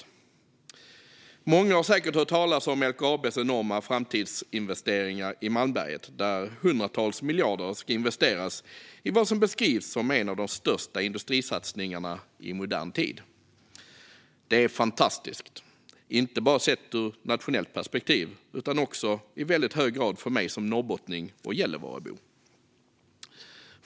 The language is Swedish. Många har säkert hört talas om LKAB:s enorma framtidssatsningar i Malmberget, där hundratals miljarder ska investeras i vad som beskrivs som en av de största industrisatsningarna i modern tid. Det är fantastiskt, inte bara sett ur ett nationellt perspektiv utan också i väldigt hög grad för mig som norrbottning och Gällivarebo.